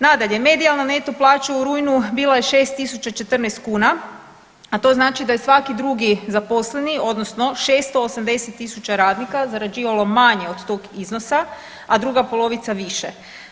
Nadalje, medijalna neto plaća u rujnu bila je 6.014 kuna, a to znači da je svaki drugi zaposleni odnosno 680.000 radnika zarađivalo manje od tog iznosa, a druga polovica više.